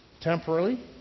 temporarily